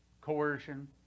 coercion